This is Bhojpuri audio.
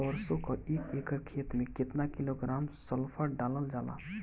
सरसों क एक एकड़ खेते में केतना किलोग्राम सल्फर डालल जाला?